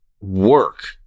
work